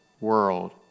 world